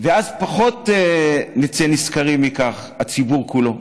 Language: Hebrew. ואז פחות נצא נשכרים מכך, הציבור כולו.